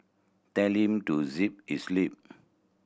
tell him to zip his lip